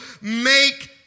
make